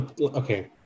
Okay